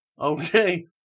Okay